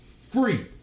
Free